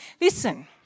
Listen